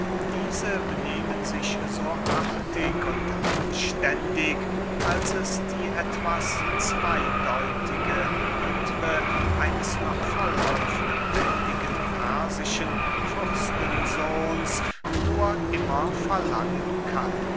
diese benehmen sich so artig und anständig als es die etwas zweydeutige wittwe eines noch vollauf lebenden persischen fürstensohns nur immer verlangen kann